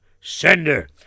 sender